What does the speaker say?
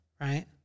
right